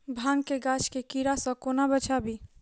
भांग केँ गाछ केँ कीड़ा सऽ कोना बचाबी?